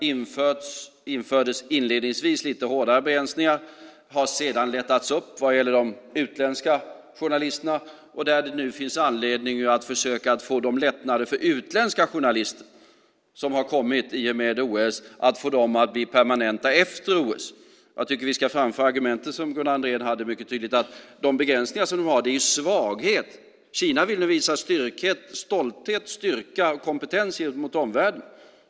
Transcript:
Det infördes inledningsvis lite hårdare begränsningar. De har sedan lättats upp vad gäller de utländska journalisterna. Nu finns det anledning att få de lättnader som har kommit för utländska journalister i och med OS att bli permanenta efter OS. Jag tycker att vi tydligt ska framföra de argument Gunnar Andrén tog upp, nämligen att begränsningarna är en svaghet. Kina vill nu visa stolthet, styrka och kompetens gentemot omvärlden.